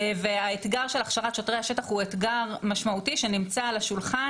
והאתגר של הכשרת שוטרי השטח הוא אתגר משמעותי שנמצא על השולחן.